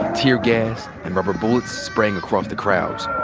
tear gas and rubber bullets spraying across the crowds.